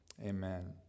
Amen